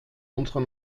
unserer